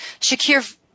Shakir